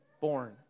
born